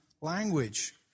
language